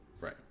Right